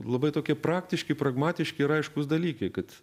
labai tokie praktiški pragmatiški ir aiškūs dalykai kad